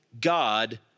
God